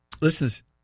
Listen